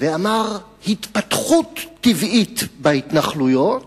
ואמר: "התפתחות טבעית בהתנחלויות",